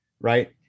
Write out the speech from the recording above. Right